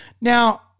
Now